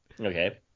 Okay